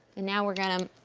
and now we're gonna